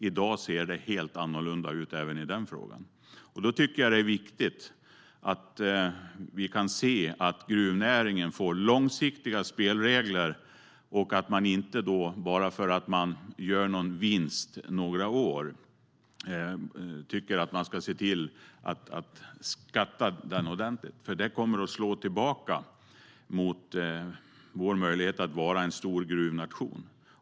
I dag ser det helt annorlunda ut även i den frågan. Jag tycker att det är viktigt att gruvnäringen får långsiktiga spelregler och att man inte, bara för att den gör någon vinst några år, tycker att man ska se till att skatta den ordentligt, för det kommer att slå tillbaka mot vår möjlighet att vara en stor gruvnation.